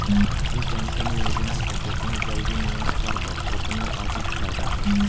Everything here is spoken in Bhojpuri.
अटल पेंशन योजना में जेतना जल्दी निवेश करबअ ओतने अधिका फायदा होई